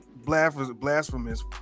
blasphemous